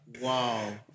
wow